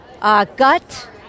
Gut